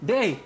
Day